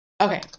Okay